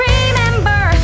Remember